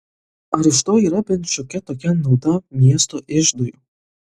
ar iš to yra bent šiokia tokia nauda miesto iždui